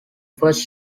first